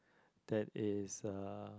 that is a